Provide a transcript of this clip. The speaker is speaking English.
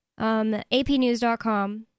APnews.com